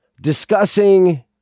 discussing